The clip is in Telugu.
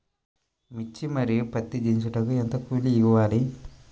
మిర్చి మరియు పత్తి దించుటకు ఎంత కూలి ఇవ్వాలి?